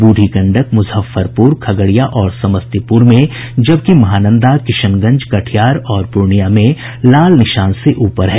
बूढ़ी गंडक मुजफ्फरपुर खगड़िया और समस्तीपुर में जबकि महानंदा किशनगंज कटिहार और पूर्णिया में लाल निशान के ऊपर है